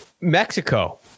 Mexico